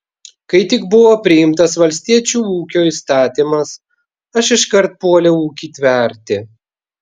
kai tik buvo priimtas valstiečių ūkio įstatymas aš iškart puoliau ūkį tverti